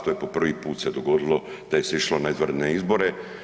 To se po prvi puta dogodilo da je se išlo na izvanredne izbore.